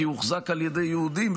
כי הוחזק על ידי יהודים,